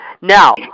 now